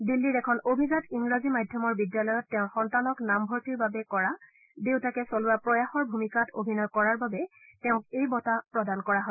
দিল্লীৰ এখন অভিজাত ইংৰাজী মাধ্যমৰ বিদ্যালয়ত তেওঁৰ সন্তানক নামভৰ্তিৰ বাবে কৰা দেউতাকে চলোৱা প্ৰয়াসৰ ভূমিকাত অভিনয় কৰাৰ বাবে তেওঁক এই বঁটা প্ৰদান কৰা হয়